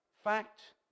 Fact